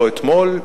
לא אתמול,